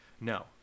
no